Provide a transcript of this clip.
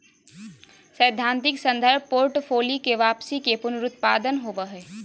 सैद्धांतिक संदर्भ पोर्टफोलि के वापसी के पुनरुत्पादन होबो हइ